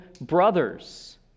brothers